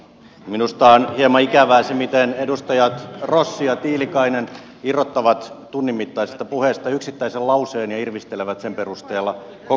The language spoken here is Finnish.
minusta on hieman ikävää se miten edustajat rossi ja tiilikainen irrottavat tunnin mittaisesta puheesta yksittäisen lauseen ja irvistelevät sen perusteella koko puhetta